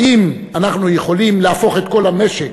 האם אנחנו יכולים להפוך את כל המשק